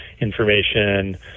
information